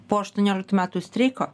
po aštuonioliktų metų streiko